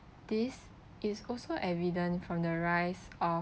this is also evident from the rise of